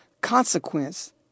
consequence